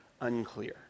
unclear